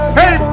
hey